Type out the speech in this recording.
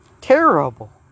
Terrible